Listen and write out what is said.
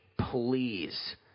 please